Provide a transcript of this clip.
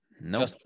No